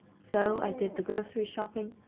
so, i did the grocery shopping,